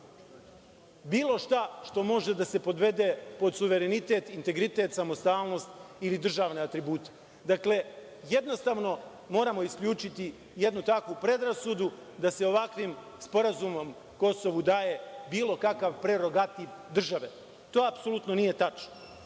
bilo šta što može da se podvede pod suverenitet, integritet, samostalnost ili državne atribute. Dakle, jednostavno moramo isključiti jednu takvu predrasudu da se ovakvim sporazumom Kosovu daje bilo kakav prerogativ države. To apsolutno nije tačno. Na